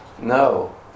No